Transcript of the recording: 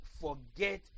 forget